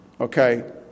okay